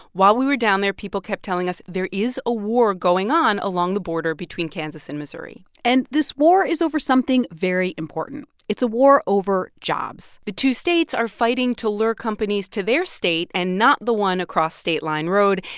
while we were down there, people kept telling us there is a war going on along the border between kansas and missouri and this war is over something very important. it's a war over jobs the two states are fighting to lure companies to their state and not the one across state line road,